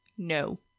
no